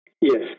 Yes